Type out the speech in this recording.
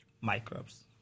microbes